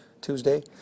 Tuesday